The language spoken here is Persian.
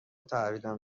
تحویلم